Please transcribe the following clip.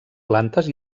plantes